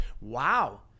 Wow